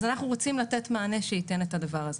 אז אז אנחנו רוצים לתת מענה שייתן את הדבר הזה.